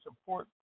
support